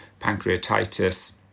pancreatitis